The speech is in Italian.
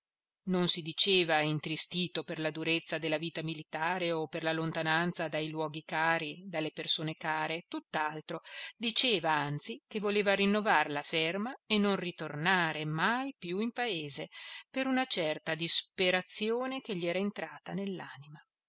non si diceva intristito per la durezza della vita militare o per la lontananza dai luoghi cari dalle persone care tutt'altro diceva anzi che voleva rinnovar la ferma e non ritornare mai più in paese per una certa disperazione che gli era entrata